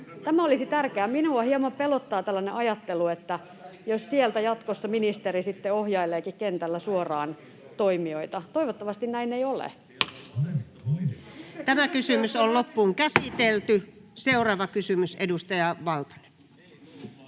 Tämä olisi tärkeää. Minua hieman pelottaa tällainen ajattelu, että jos sieltä jatkossa ministeri sitten ohjaileekin kentällä suoraan toimijoita. Toivottavasti näin ei ole. [Perussuomalaisten ryhmästä: Ei